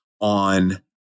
on